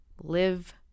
live